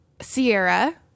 Sierra